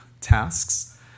tasks